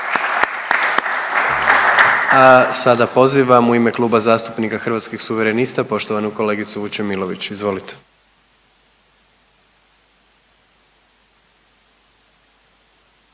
Sada pozivam u ime Kluba zastupnika Hrvatskih suverenista poštovanu kolegicu Vučemilović. Izvolite.